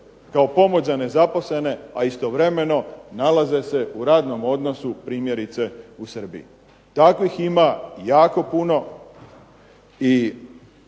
kao pomoć za nezaposlene a istovremeno nalaze se u radnom odnosu primjerice u Srbiji. Takvih ima jako puno i